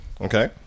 Okay